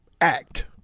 act